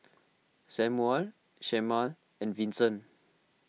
Samual Shemar and Vincent